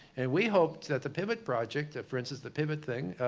and we hoped that the pivot project, for instance, the pivot thing,